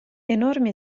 enormi